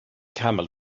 camel